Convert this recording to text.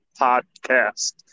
Podcast